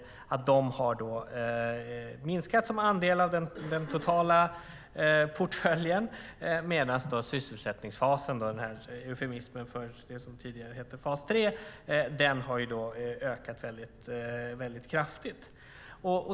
Detta har minskat som andel av den totala portföljen, medan sysselsättningsfasen, eufemismen för fas 3, har ökat väldigt kraftigt.